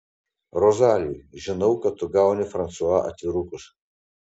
rozali žinau kad tu gauni fransua atvirukus